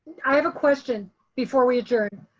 i have a question before we adjourn.